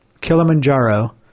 Kilimanjaro